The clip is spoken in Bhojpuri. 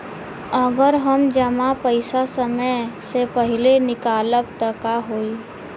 अगर हम जमा पैसा समय से पहिले निकालब त का होई?